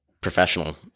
professional